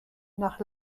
nach